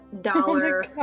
dollar